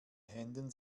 händen